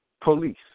police